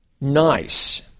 nice